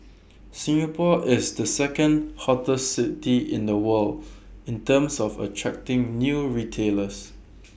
Singapore is the second hottest city in the world in terms of attracting new retailers